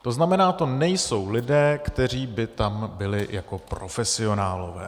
To znamená, to nejsou lidé, kteří by tam byli jako profesionálové.